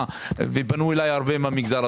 יש פצועים ויש פצועי